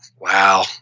wow